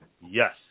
Yes